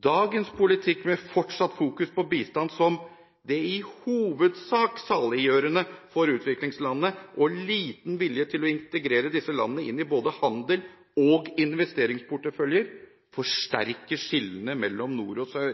Dagens politikk, med fortsatt fokus på bistand som det i hovedsak saliggjørende for utviklingslandene og liten vilje til å integrere disse landene inn i både handel og investeringsporteføljer, forsterker skillene mellom nord og sør.